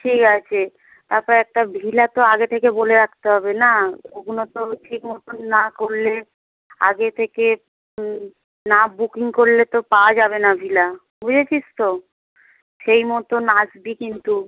ঠিক আছে তারপর একটা ভিলা তো আগে থেকে বলে রাখতে হবে না ওগুলো তো ঠিক মতো না করলে আগে থেকে না বুকিং করলে তো পাওয়া যাবে না ভিলা বুঝেছিস তো সেই মতন আসবি কিন্তু